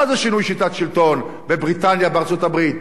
מה זה שינוי שיטת שלטון, בבריטניה, בארצות-הברית?